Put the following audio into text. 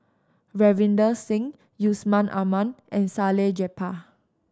Ravinder Singh Yusman Aman and Salleh Japar